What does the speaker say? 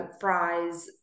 fries